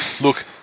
look